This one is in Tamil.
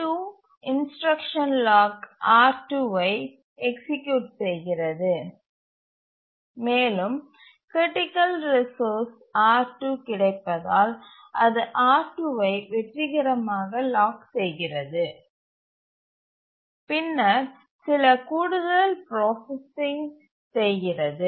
T2 இன்ஸ்டிரக்ஷன் லாக் R2ஐ எக்சீக்யூட் செய்கிறது மேலும் க்ரிட்டிக்கல் ரிசோர்ஸ் R2 கிடைப்பதால் அது R2 ஐ வெற்றிகரமாக லாக் செய்கிறது பின்னர் சில கூடுதல் ப்ராசசிங் செய்கிறது